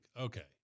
Okay